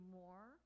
more